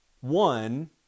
one